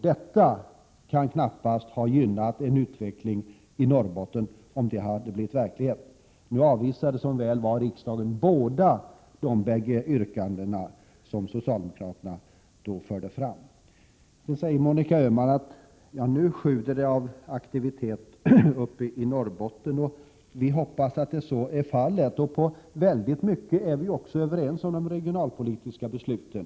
Detta hade knappast gynnat utvecklingen i Norrbotten om det hade blivit verklighet. Som väl var avvisade riksdagen båda dessa yrkanden som socialdemokraterna då förde fram. Nu sjuder det av aktivitet uppe i Norrbotten, säger Monica Öhman. Vi hoppas naturligtvis att så är fallet. I mycket är vi också överens om de regionalpolitiska besluten.